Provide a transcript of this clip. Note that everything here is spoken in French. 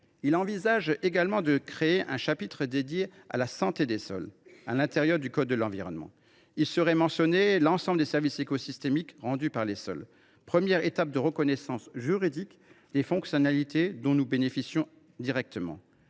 Il prévoit également la création d’un chapitre consacré à la santé des sols au sein du code de l’environnement. Y seraient mentionnés l’ensemble des services écosystémiques rendus par les sols, première étape de la reconnaissance juridique des fonctionnalités dont nous bénéficions directement.